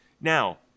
Now